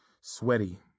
sweaty